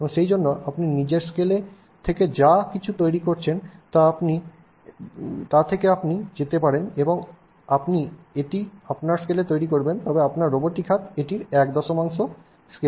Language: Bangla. এবং সেইজন্য আপনি নিজের স্কেল থেকে যা কিছু তৈরি করছেন তা থেকে আপনি যেতে পারেন এবং আপনি এটি আপনার স্কেলে তৈরি করবেন তবে আপনার রোবোটিক হাত এটির দশমাংশের স্কেলে তৈরি করবে